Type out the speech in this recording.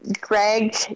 Greg